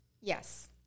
Yes